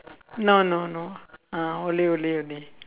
no no no uh olay olay only